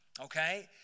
okay